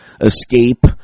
escape